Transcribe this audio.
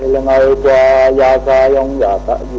la la la la la la but